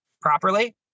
properly